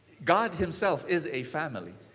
god himself is a family.